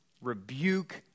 rebuke